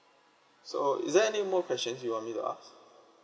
so is there any more questions you want me to ask